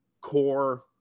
core –